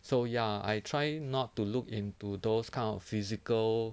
so ya I try not to look into those kind of physical